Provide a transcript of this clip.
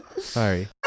Sorry